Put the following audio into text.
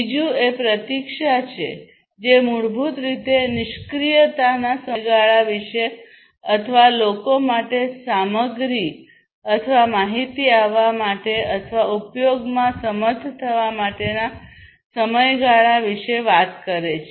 બીજું એ પ્રતીક્ષા છે જે મૂળભૂત રીતે નિષ્ક્રિયતાના સમયગાળા વિશે અથવા લોકો માટે સામગ્રી અથવા માહિતી આવવા માટે અથવા ઉપયોગમાં સમર્થ થવા માટેના સમયગાળા વિશે વાત કરે છે